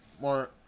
more